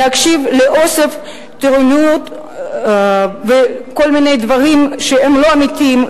להקשיב לאוסף טרוניות וכל מיני דברים שהם לא אמיתיים,